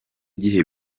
gihe